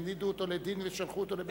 העמידו אותו לדין ושלחו אותו לבית,